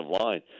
line